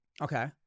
okay